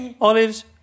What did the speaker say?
Olive's